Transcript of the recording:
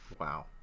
Wow